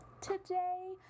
today